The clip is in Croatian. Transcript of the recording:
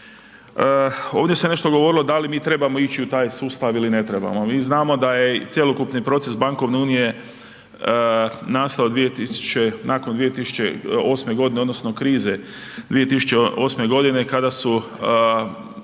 Ovdje se nešto govorilo da li mi trebamo ići u taj sustav ili ne trebamo. Mi znamo da je i cjelokupni proces bankovne unije nastao nakon 2008. g. odnosno krize 2008. g. kada su